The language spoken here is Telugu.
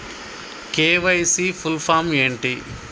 కే.వై.సీ ఫుల్ ఫామ్ ఏంటి?